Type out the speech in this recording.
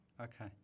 Okay